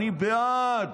אני בעד.